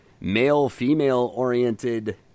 male-female-oriented